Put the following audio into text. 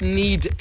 need